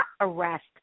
arrest